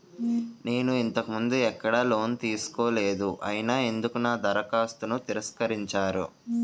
నేను ఇంతకు ముందు ఎక్కడ లోన్ తీసుకోలేదు అయినా ఎందుకు నా దరఖాస్తును తిరస్కరించారు?